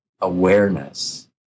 awareness